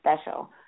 special